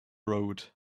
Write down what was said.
road